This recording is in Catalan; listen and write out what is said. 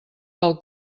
pel